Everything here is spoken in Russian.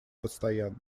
постоянной